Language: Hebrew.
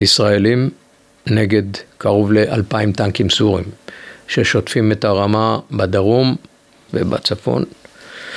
ישראלים נגד קרוב לאלפיים טנקים סורים ששוטפים את הרמה בדרום ובצפון